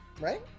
right